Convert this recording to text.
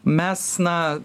mes na